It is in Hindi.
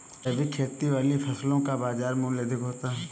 जैविक खेती वाली फसलों का बाजार मूल्य अधिक होता है